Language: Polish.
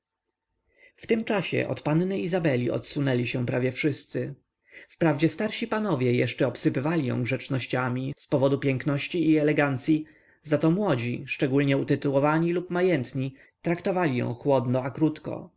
w tym czasie od panny izabeli odsunęli się prawie wszyscy wprawdzie starsi panowie jeszcze obsypywali ją grzecznościami z powodu piękności i elegancyi zato młodzi szczególnie utytułowani lub majętni traktowali ją chłodno a krótko